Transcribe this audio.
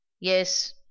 Yes